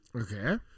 Okay